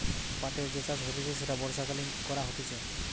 পাটের যে চাষ হতিছে সেটা বর্ষাকালীন করা হতিছে